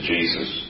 Jesus